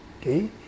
Okay